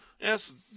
Yes